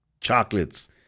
chocolates